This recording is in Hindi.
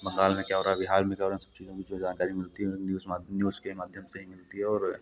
बंगाल में क्या हो रहा बिहार में क्या हो रहा इन सब चीज़ों की जो जानकारी मिलती है वो न्यूज़ माध्यम न्यूज़ के ही माध्यम से ही मिलती है